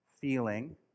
feeling